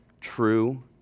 true